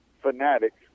fanatics